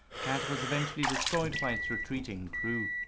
cat was eventually destroyed by its retreating crew.